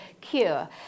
cure